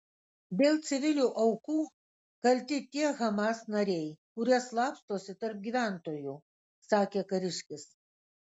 dėl civilių aukų kalti tie hamas nariai kurie slapstosi tarp gyventojų sakė kariškis